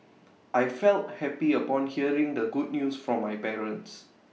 I felt happy upon hearing the good news from my parents